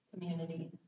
community